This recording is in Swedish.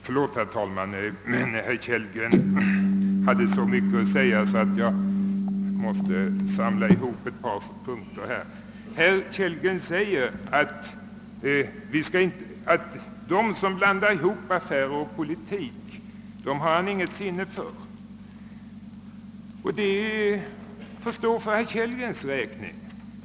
Herr talman! Jag skall be att få bemöta herr Kellgren på ett par punkter. Herr Kellgren sade att dem som blandar ihop affärer och politik har han inget till övers för. Det får stå för herr Kellgrens räkning.